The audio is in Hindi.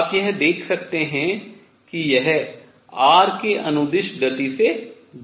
आप यह देख सकते हैं कि यह r के अनुदिश गति से जुड़ा है